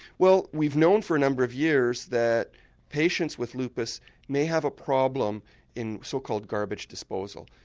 well we've known for a number of years that patients with lupus may have a problem in so-called garbage disposal.